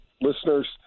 listeners